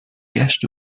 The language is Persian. گشت